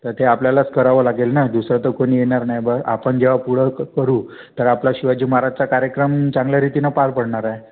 तर ते आपल्यालाच करावं लागेल न दुसरा तर कोणी येणार नाही बा आपण जेव्हा पुढं क करू तर आपला शिवाजी महाराजचा कार्यक्रम चांगल्या रीतीनं पार पडणार आहे